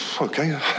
Okay